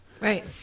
Right